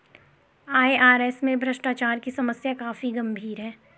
IRS में भ्रष्टाचार की समस्या काफी गंभीर है